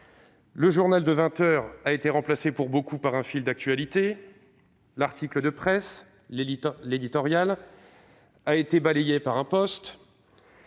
le journal de vingt heures a été remplacé pour beaucoup par un fil d'actualité, l'article de presse, l'éditorial a été balayé par un, le